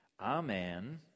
Amen